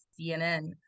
CNN